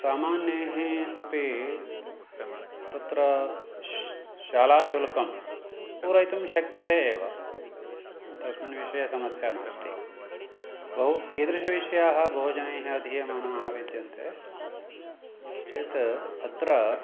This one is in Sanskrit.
सामान्यैः अपि तत्र शालाशुल्कं पूरयितुं शक्यते एव तस्मिन् विषये समस्या नास्ति बहु कीदृशविषयाः बहुजनैः अधीयमानाः विद्यन्ते इति चेत् अत्र